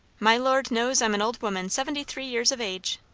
my lord knows i'm an old woman seventy-three years of age.